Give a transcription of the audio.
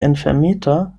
enfermita